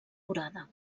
curada